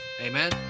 Amen